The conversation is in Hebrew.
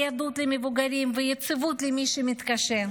ניידות למבוגרים ויציבות למי שמתקשה.